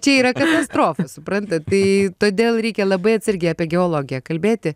čia yra katastrofa suprantat tai todėl reikia labai atsargiai apie geologiją kalbėti